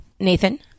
Nathan